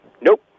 nope